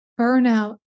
Burnout